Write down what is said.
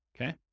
okay